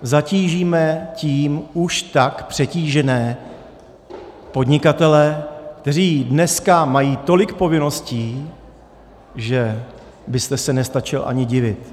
Zatížíme tím už tak přetížené podnikatele, kteří dneska mají tolik povinností, že byste se nestačil ani divit.